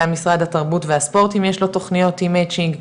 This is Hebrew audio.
גם משרד התרבות והספורט אם יש לו תוכניות עם מצ'ינג,